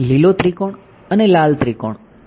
લીલો ત્રિકોણ નથી